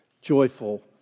joyful